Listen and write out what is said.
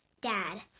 Dad